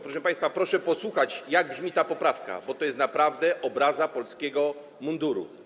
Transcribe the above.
Proszę państwa, proszę posłuchać, jak brzmi ta poprawka, bo to jest naprawdę obraza polskiego munduru.